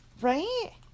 Right